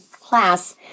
class